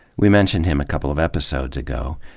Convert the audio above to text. we mentioned him a couple of episodes ago.